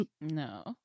No